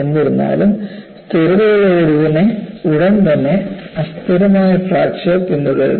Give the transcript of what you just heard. എന്നിരുന്നാലും സ്ഥിരതയുള്ള ഒടിവിനെ ഉടൻതന്നെ അസ്ഥിരമായ ഫ്രാക്ചർ പിന്തുടരുന്നു